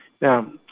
Now